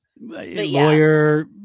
lawyer